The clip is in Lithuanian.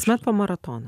kasmet po maratoną